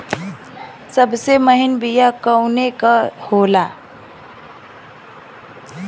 सबसे महीन बिया कवने के होला?